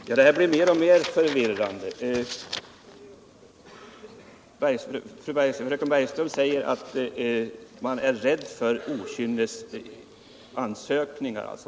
Herr talman! Det här blir mer och mer förvirrande. Fröken Bergström säger att man är rädd för okynnesansökningar.